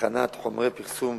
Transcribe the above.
הכנת חומרי פרסום